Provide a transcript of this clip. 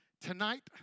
tonight